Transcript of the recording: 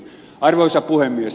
arvoisa puhemies